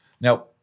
Now